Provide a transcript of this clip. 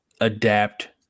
adapt